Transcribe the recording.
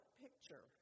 picture